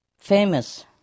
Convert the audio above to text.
famous